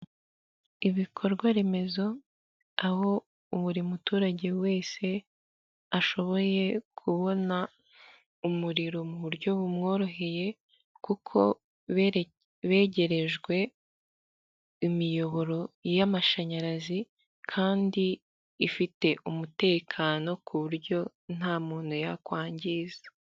Ibikorwa remezo aho buri muturage wese ashoboye kubona umuriro mu buryo bumworoheye, kuko begerejwe imiyoboro y'amashanyarazi kandi ifite umutekano ku buryo nta muntu yakwangiza.